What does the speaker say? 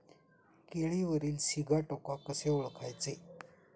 केळीवरील सिगाटोका कसे ओळखायचे?